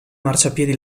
marciapiedi